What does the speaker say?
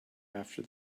after